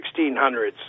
1600s